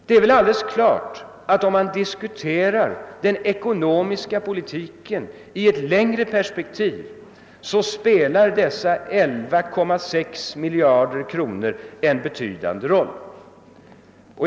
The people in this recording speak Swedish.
Det är alldeles klart att dessa 11,6 miljarder kronor spelar en betydande roll för den ekonomiska politiken i ett längre perspektiv.